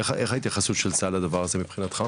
איך ההתייחסות של צה"ל לדבר הזה מבחינתך?